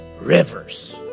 rivers